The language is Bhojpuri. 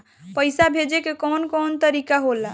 पइसा भेजे के कौन कोन तरीका होला?